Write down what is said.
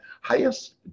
highest